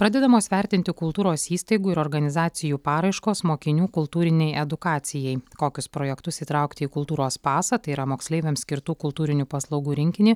pradedamos vertinti kultūros įstaigų ir organizacijų paraiškos mokinių kultūrinei edukacijai kokius projektus įtraukti į kultūros pasą tai yra moksleiviams skirtų kultūrinių paslaugų rinkinį